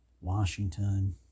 Washington